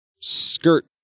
skirt